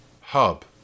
hub